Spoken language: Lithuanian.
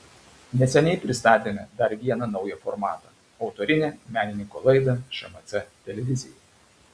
neseniai pristatėme dar vieną naują formatą autorinę menininko laidą šmc televizijai